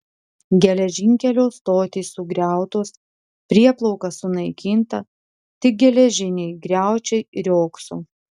geležinkelio stotys sugriautos prieplauka sunaikinta tik geležiniai griaučiai riogso